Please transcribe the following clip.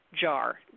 jar